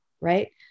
right